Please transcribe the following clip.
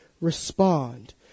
respond